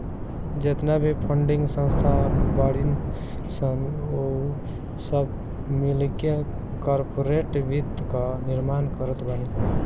जेतना भी फंडिंग संस्था बाड़ीन सन उ सब मिलके कार्पोरेट वित्त कअ निर्माण करत बानी